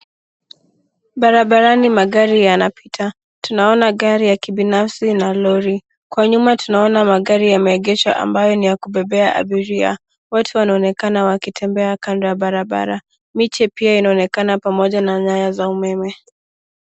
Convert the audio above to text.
Barabarani magari yanapita. Tunaona gari ya kibinafsi na lori. Kwa nyuma tunaona magari yameegesha ambayo ni ya kubebea abiria. Watu wanaonekana wakitembea kando ya barabara. Miche pia inaonekana pamoja na nyaya za umeme.